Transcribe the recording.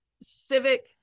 civic